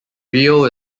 rio